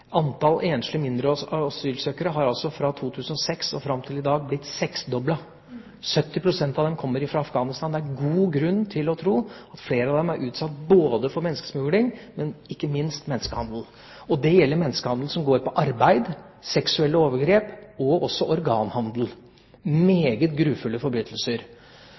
god grunn til å tro at flere av dem er utsatt for både menneskesmugling og – ikke minst – menneskehandel, og det gjelder menneskehandel som går på arbeid, seksuelle overgrep og også organhandel – meget grufulle forbrytelser.